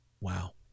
Wow